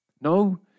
No